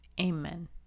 Amen